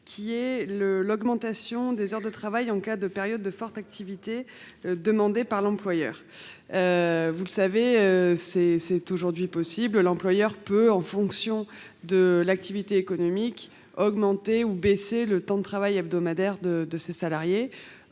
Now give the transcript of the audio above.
savoir l’augmentation des heures de travail en cas de période de forte activité, demandée par l’employeur. Vous le savez, l’employeur peut, en fonction de l’activité économique, augmenter ou réduire le temps de travail hebdomadaire de ses salariés.